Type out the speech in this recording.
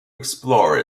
explore